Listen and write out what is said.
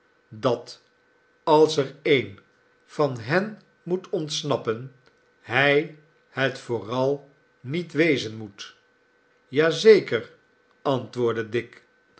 dat als er een van hen moet ontsnappen hij het vooral niet wezen moet ja zeker antwoordde dick